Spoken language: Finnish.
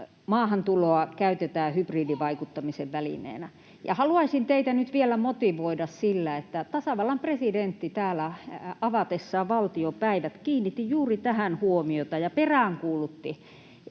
maahantuloa käytetään hybridivaikuttamisen välineenä? Ja haluaisin teitä nyt vielä motivoida sillä, että tasavallan presidentti täällä avatessaan valtiopäivät kiinnitti juuri tähän huomiota ja peräänkuulutti